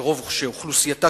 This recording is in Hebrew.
שאוכלוסייתה,